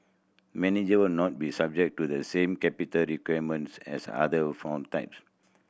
manager not be subject to the same capital requirements as other fund types